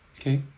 Okay